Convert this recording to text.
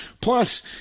Plus